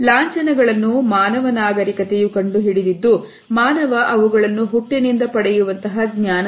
ಲಾಂಛನಗಳನ್ನು ಮಾನವ ನಾಗರಿಕತೆಯು ಕಂಡುಹಿಡಿದಿದ್ದು ಮಾನವ ಅವುಗಳನ್ನು ಹುಟ್ಟಿನಿಂದ ಪಡೆಯುವಂತಹ ಜ್ಞಾನವಲ್ಲ